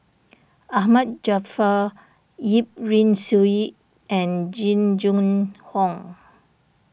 Ahmad Jaafar Yip Pin Xiu and Jing Jun Hong